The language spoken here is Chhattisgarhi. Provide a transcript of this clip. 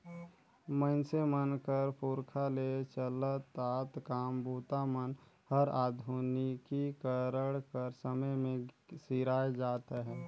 मइनसे मन कर पुरखा ले चलत आत काम बूता मन हर आधुनिकीकरन कर समे मे सिराए जात अहे